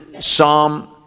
Psalm